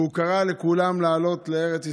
והוא קרא לכולם לעלות לארץ ישראל.